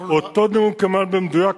אותו נאום כמעט במדויק,